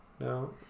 No